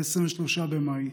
ב-23 במאי,